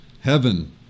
Heaven